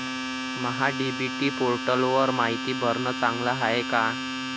महा DBT पोर्टलवर मायती भरनं चांगलं हाये का?